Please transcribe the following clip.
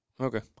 Okay